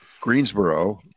greensboro